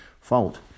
fault